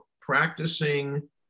practicing